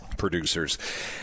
producers